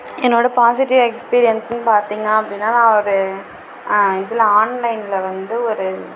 என்னோட பாசிட்டிவ் எக்ஸ்பீரியன்ஸுனு பார்த்திங்கனா அப்படினா நான் ஒரு இதில் ஆன்லைனில் வந்து ஒரு